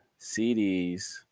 CDs